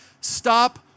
Stop